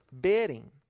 bidding